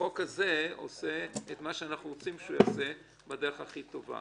החוק הזה עושה את מה שאנחנו רוצים שהוא יעשה בדרך הכי טובה.